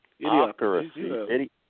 Idiocracy